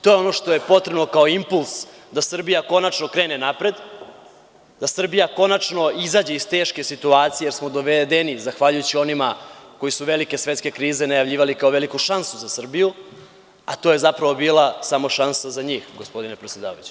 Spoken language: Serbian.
To je ono što je potrebno kao impuls da Srbija konačno krene napred, da Srbija konačno izađe iz teške situacije gde smo dovedeni zahvaljujući onima koji su velike svetske krize najavljivali kao veliku šansu za Srbiju, a to je zapravo bila samo šansa za njih, gospodine predsedavajući.